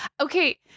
okay